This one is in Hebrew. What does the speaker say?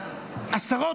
עשרות,